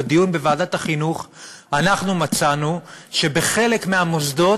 בדיון בוועדת החינוך מצאנו שבחלק מהמוסדות